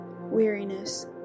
weariness